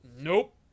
Nope